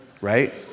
right